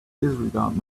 disregard